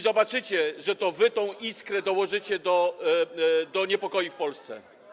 Zobaczycie, że to wy tę iskrę dołożycie do niepokoi w Polsce.